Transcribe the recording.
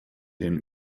den